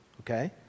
okay